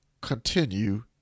continue